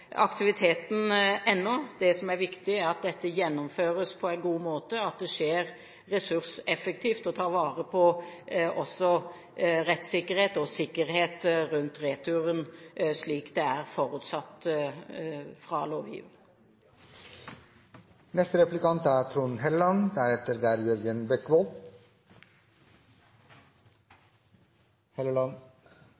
aktiviteten. Det som er viktig, er at dette gjennomføres på en god måte, at det skjer ressurseffektivt og også tar vare på rettssikkerheten og sikkerhet rundt returen, slik det er forutsatt fra lovgiver. Jeg er